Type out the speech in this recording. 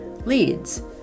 Leads